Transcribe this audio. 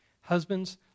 husbands